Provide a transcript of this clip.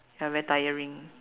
ya very tiring